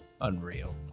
unreal